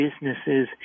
businesses